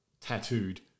tattooed